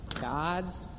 God's